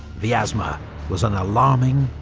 vyazma was an alarming,